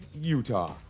Utah